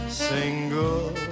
single